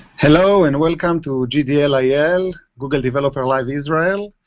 hello and welcome to gdli and google developer live israel.